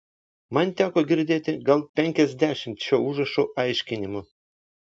man teko girdėti gal penkiasdešimt šio užrašo aiškinimų